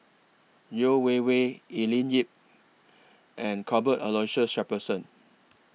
Yeo Wei Wei Evelyn Lip and Cuthbert Aloysius Shepherdson